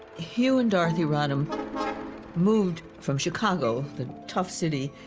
hugh and dorothy rodham moved from chicago, the tough city,